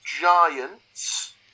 Giants